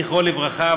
זכרו לברכה,